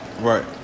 Right